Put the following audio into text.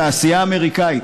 תעשייה אמריקנית,